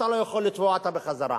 אתה לא יכול לתבוע אותה חזרה.